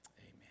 amen